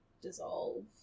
dissolve